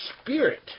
spirit